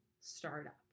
startup